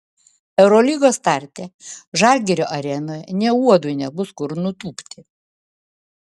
eurolygos starte žalgirio arenoje nė uodui nebus kur nutūpti